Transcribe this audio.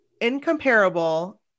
incomparable